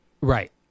Right